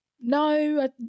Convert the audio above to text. no